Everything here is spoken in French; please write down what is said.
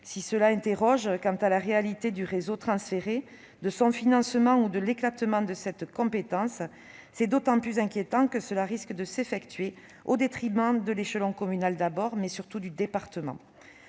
nous interroger quant à la réalité du réseau transféré, de son financement ou de l'éclatement de cette compétence, nous sommes d'autant plus inquiets que cela risque de s'effectuer au détriment de l'échelon communal, mais, surtout, du département.